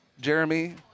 Jeremy